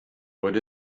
what